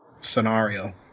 scenario